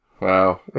Wow